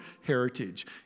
heritage